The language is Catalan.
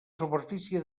superfície